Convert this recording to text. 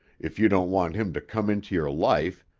if you don't want him to come into your life,